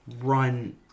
run